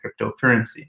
cryptocurrency